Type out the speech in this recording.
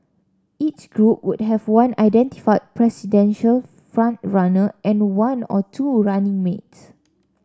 each group would have one identified presidential front runner and one or two running mates